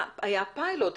היה פיילוט.